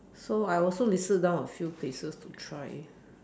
so I also listed down a few places to try